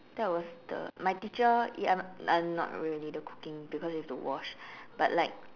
that was the my teacher ya not really the cooking because you have to wash but like